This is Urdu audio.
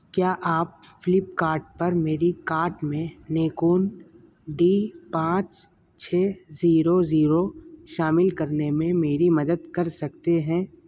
کیا آپ فلپ کارٹ پر میری کارٹ میں نیکون ڈی پانچ چھ زیرو زیرو شامل کرنے میں میری مدد کر سکتے ہیں